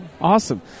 awesome